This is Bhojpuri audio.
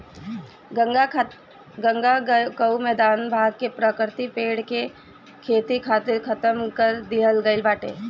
गंगा कअ मैदानी भाग के प्राकृतिक पेड़ के खेती खातिर खतम कर दिहल गईल बाटे